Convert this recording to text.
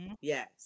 yes